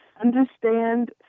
understand